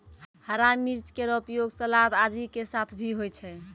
हरा मिर्च केरो उपयोग सलाद आदि के साथ भी होय छै